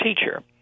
teacher